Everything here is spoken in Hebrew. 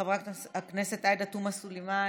חברת הכנסת עאידה תומא סלימאן,